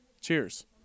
Cheers